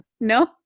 No